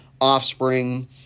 offspring